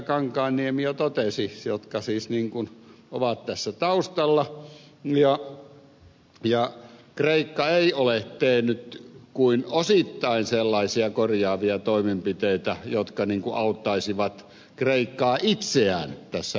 kankaanniemi jo totesi jotka siis niin kuin ovat tässä taustalla ja kreikka ei ole tehnyt kuin osittain sellaisia korjaavia toimenpiteitä jotka auttaisivat kreikkaa itseään tässä eteenpäin